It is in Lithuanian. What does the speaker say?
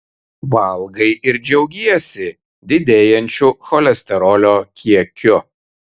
valgai ir džiaugiesi didėjančiu cholesterolio kiekiu